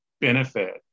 benefit